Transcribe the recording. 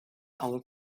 aun